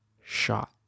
shot